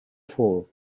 fall